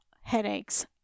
headaches